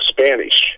Spanish